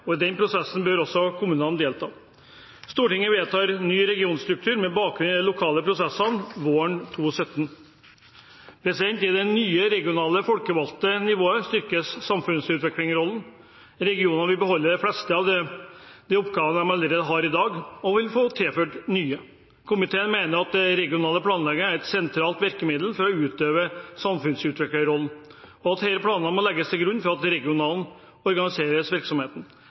og i den prosessen bør også kommunene delta. Stortinget vedtar ny regionstruktur, med bakgrunn i lokale prosesser, våren 2017. I det nye regionale folkevalgte nivået styrkes samfunnsutviklerrollen. Regionene vil beholde de fleste av de oppgavene de allerede har i dag, og vil få tilført nye. Komiteen mener at regional planlegging er et sentralt virkemiddel for å utøve samfunnsutviklerrollen, og at disse planene må legges til grunn for regionale